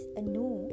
anew